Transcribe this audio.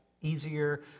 easier